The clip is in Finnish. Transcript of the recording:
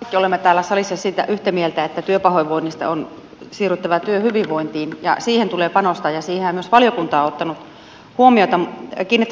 kaikki olemme täällä salissa siitä yhtä mieltä että työpahoinvoinnista on siirryttävä työhyvinvointiin ja siihen tulee panostaa ja siihenhän myös valiokunta on kiinnittänyt huomiota